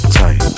tight